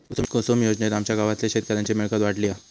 कुसूम योजनेत आमच्या गावातल्या शेतकऱ्यांची मिळकत वाढली हा